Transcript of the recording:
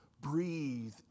Breathe